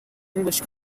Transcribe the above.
english